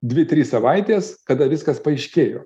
dvi trys savaitės kada viskas paaiškėjo